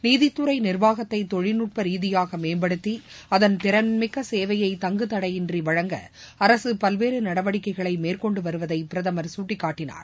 நீதித்துறை நிர்வாகத்தை தொழில்நுட்ப ரீதியாக மேம்படுத்தி அதன் திறன்மிக்க சேவையை தங்குதடையின்றி வழங்க அரசு பல்வேறு நடவடிக்கைகளை மேற்கொண்டு வருவதை பிரதமர் சுட்டிக்காட்டினார்